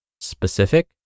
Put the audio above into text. specific